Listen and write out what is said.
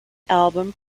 album